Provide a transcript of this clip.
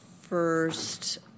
first